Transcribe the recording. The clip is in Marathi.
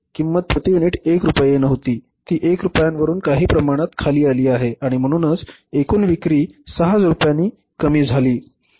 परंतु किंमत प्रति युनिट 1 रूपये नव्हती ती 1 रूपयावरून काही कमी प्रमाणात खाली आली आहे आणि म्हणूनच एकूण विक्री 6000 रुपयांनी कमी झाली आहे